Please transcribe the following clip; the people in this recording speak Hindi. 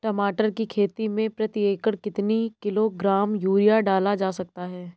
टमाटर की खेती में प्रति एकड़ कितनी किलो ग्राम यूरिया डाला जा सकता है?